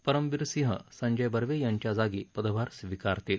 परमबीर सिंह संजय बर्वे यांच्या जागी पदभार स्विकारतील